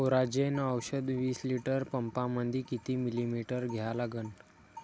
Coragen औषध विस litre पंपामंदी किती मिलीमिटर घ्या लागन?